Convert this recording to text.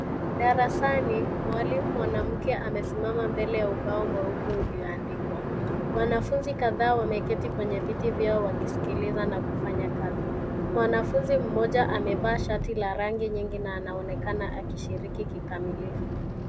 Darasani, mwalimu mwanamke amesimama mbele ya ubao mweupe uliyoandikwa. Wanafunzi kadhaa wameketi kwenye viti vyao wakisikiliza na kufanya kazi. Mwanafunzi moja amevaa shati la rangi nyingi na anaonekana akishiriki kikamilifu.